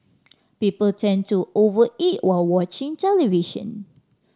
people tend to over eat while watching television